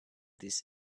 this